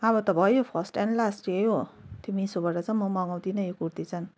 अब त भयो फर्स्ट एन्ड लास्ट यही हो त्यो मिसोबाट चाहिँ म मगाउँदिन यो कुर्ती चाहिँ